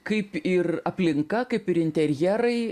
kaip ir aplinka kaip ir interjerai